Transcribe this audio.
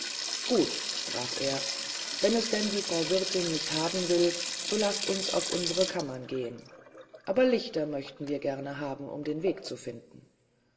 gut sprach er wenn es denn die frau wirtin nicht haben will so laßt uns auf unsere kammern gehen aber lichter möchten wir gerne haben um den weg zu finden